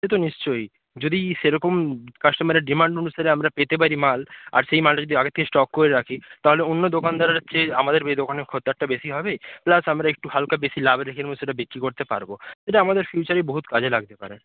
সে তো নিশ্চয়ই যদি সে রকম কাস্টমারের ডিমান্ড অনুসারে আমরা পেতে পারি মাল আর সেই মালটা যদি আগে থেকে স্টক করে রাখি তা হলে অন্য দোকানদারের চেয়ে আমাদের এই দোকানে খদ্দেরটা বেশি হবে প্লাস আমরা একটু হালকা বেশি লাভ রেখে নেব সেটা বিক্রি করতে পারব এটা আমাদের ফিউচারে বহু কাজে লাগতে পারে